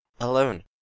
Alone